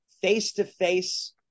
face-to-face